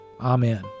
amen